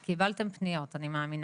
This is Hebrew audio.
אתם קיבלתם פניות בעניין אני מאמינה.